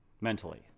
mentally